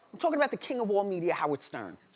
i'm talking about the king of all media, howard stern.